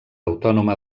autònoma